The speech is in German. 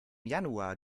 januar